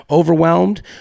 Overwhelmed